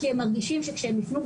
כי הם מרגישים שכשהם יפנו,